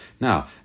Now